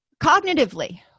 Cognitively